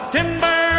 Timber